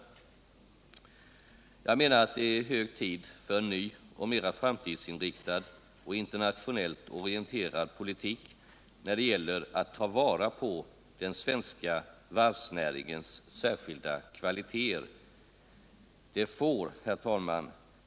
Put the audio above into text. Jag menar att det är hög tid för en ny och mera framtidsinriktad och internationellt orienterad politik när det gäller att ta vara på den svenska varvsnäringens särskilda kvaliteter.